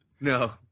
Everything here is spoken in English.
No